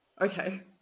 Okay